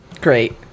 Great